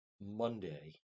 monday